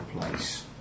place